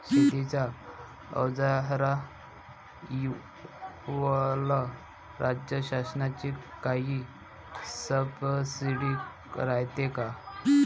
शेतीच्या अवजाराईवर राज्य शासनाची काई सबसीडी रायते का?